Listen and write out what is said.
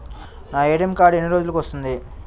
నా ATM card ఎన్ని రోజులకు వస్తుంది?